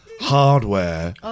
hardware